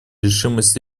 решимость